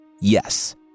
Yes